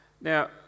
Now